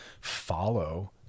follow